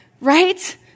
Right